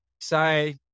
Say